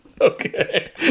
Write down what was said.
Okay